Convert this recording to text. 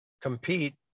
compete